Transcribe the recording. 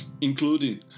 including